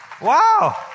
Wow